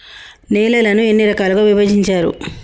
నేలలను ఎన్ని రకాలుగా విభజించారు?